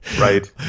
Right